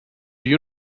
you